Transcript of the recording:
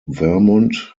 vermont